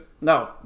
No